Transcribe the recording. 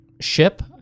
ship